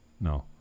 No